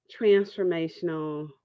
transformational